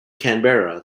canberra